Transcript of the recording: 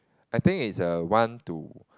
I think it's a one to